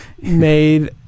made